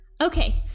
Okay